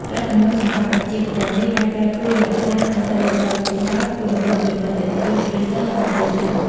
ប្រាក់ចំណូលសម្រាប់អាជីពទាំងនេះអាចប្រែប្រួលយ៉ាងខ្លាំងអាស្រ័យលើបទពិសោធន៍ គុណវុឌ្ឍិ ចំនួនអតិថិជន ឬសិស្ស និងទីតាំង។